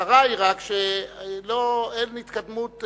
הצרה היא שאין התקדמות,